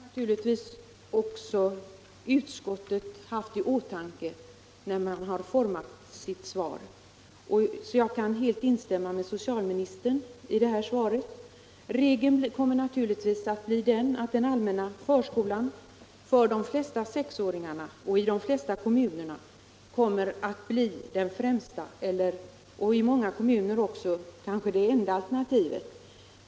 Herr talman! Det har naturligtvis också utskottet haft i åtanke när man har format sitt uttalande, så jag kan helt instämma med socialministern i detta svar. Regeln kommer naturligtvis att bli den att den ållmänna förskolan för de flesta sexåringar och i de flesta kommuner blir det främsta — i många kommuner kanske det enda — alternativet.